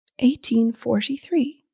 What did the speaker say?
1843